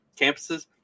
campuses